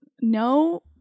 no